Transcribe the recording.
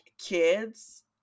kids